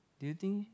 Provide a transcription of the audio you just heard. do you think